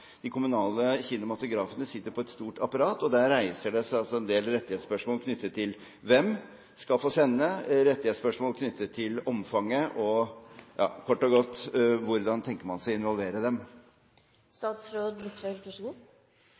De kommunale kinematografene sitter på et stort apparat, og det reiser seg også en del rettighetsspørsmål knyttet til hvem som skal få sende, rettighetsspørsmål knyttet til omfanget – kort og godt: Hvordan tenker man seg å involvere